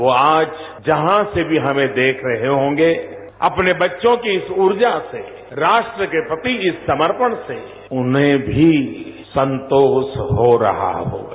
वो आज जहां से भी हमें देख रहे होंगे अपने बच्चों की इस ऊर्जा से राष्ट्र के प्रति इस समर्पण से उन्हें भी संतोष हो रहा होगा